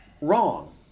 wrong